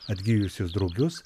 atgijusius drugius